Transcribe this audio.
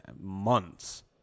months